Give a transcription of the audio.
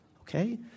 okay